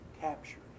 captured